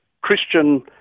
Christian